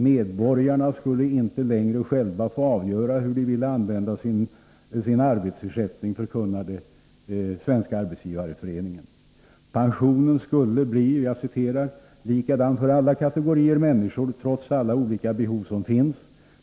”Medborgarna skulle inte längre själva få avgöra hur de ville använda sin arbetsersättning”, förkunnade Svenska arbetsgivareföreningen. Pensionen skulle bli ”likadan för alla kategorier människor trots alla olika behov som finns.